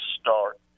start